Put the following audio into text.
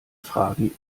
fragen